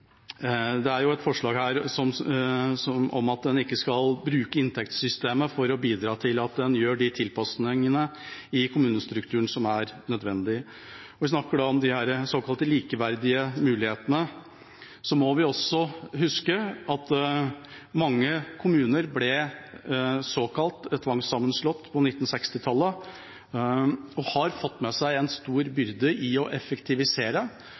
det er jo et forslag her om at en ikke skal bruke inntektssystemet for å bidra til å gjøre de tilpasningene i kommunestrukturen som er nødvendige. Vi snakker da om de såkalte likeverdige mulighetene. Da må vi også huske at mange kommuner ble såkalt tvangssammenslått på 1960-tallet og har fått med seg en stor byrde i å effektivisere,